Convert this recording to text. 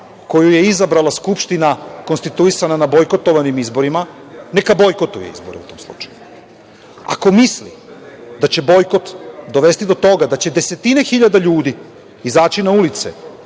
koju je izabrala Skupština, konstituisana na bojkotovanim izborima, neka bojkotuje izbore u tom slučaju. Ako misli da će bojkot dovesti do toga da će desetine hiljada ljudi izaći na ulice